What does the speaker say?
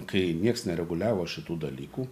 kai nieks nereguliavo šitų dalykų